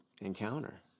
encounter